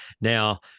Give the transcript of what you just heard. Now